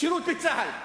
שירות בצה"ל.